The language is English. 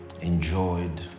enjoyed